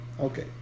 Okay